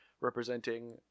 representing